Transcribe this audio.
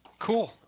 Cool